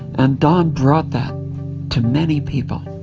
and don brought that to many people.